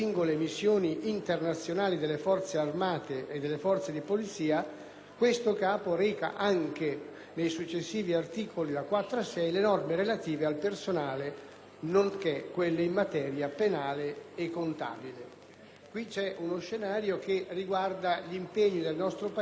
3, reca altresì nei successivi articoli da 4 a 6 le norme relative al personale, nonché quelle in materia penale e contabile. Ciò inquadrato in uno scenario che riguarda gli impegni del nostro Paese in tutte le aree in cui le nostre forze armate sono presenti,